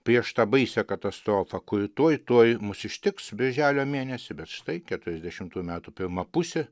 prieš tą baisią katastrofą kuri tuoj tuoj mus ištiks birželio mėnesį bet štai keturiasdešimtųjų metų pirma pusė